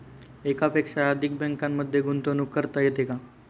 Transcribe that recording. एकापेक्षा अधिक बँकांमध्ये गुंतवणूक करता येते का?